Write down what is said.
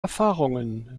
erfahrungen